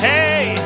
Hey